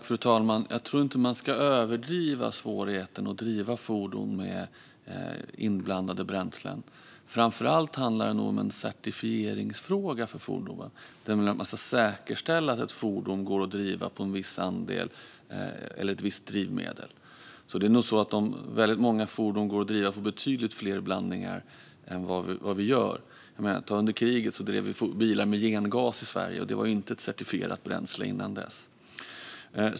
Fru talman! Jag tror inte att man ska överdriva svårigheten när det gäller att driva fordon med inblandade bränslen. Det handlar nog framför allt om certifiering, att man ska säkerställa att ett fordon ska gå att driva på ett visst drivmedel. Det är nog många fordon som går att driva på betydligt fler blandningar. Under kriget drevs bilar på gengas i Sverige, och det var inte ett certifierat bränsle innan dess.